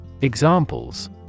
Examples